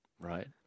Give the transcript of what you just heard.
right